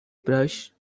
brush